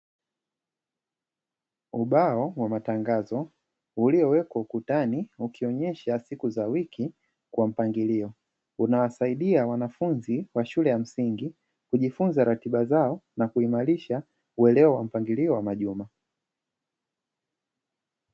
Ubao wa matangazo uliowekwa ukutani ukionyesha siku za wiki kwa mpangilio, unawasaidia wanafunzi wa shule ya msingi, kujifunza ratiba zao na kuimarisha uelewa wa mpangilio wa majuma.